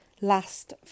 last